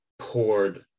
poured